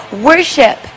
Worship